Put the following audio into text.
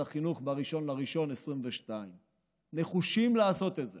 החינוך ב-1 בינואר 2022. אנחנו נחושים לעשות את זה.